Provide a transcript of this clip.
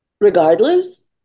regardless